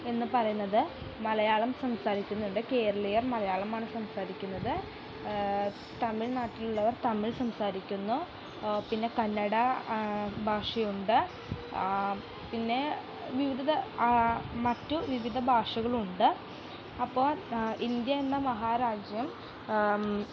എന്ന് പറയുന്നത് മലയാളം സംസാരിക്കുന്നുണ്ട് കേരളീയർ മലയാളമാണ് സാ സംസാരിക്കുന്നത് തമിഴ് നാട്ടിലുള്ളവർ തമിഴ് സംസാരിക്കുന്നു പിന്നെ കന്നഡ ഭാഷയുണ്ട് പിന്നേ വിവിധ മറ്റു വിവിധ ഭാഷകളുണ്ട് അപ്പോൾ ഇന്ത്യ എന്ന മഹാരാജ്യം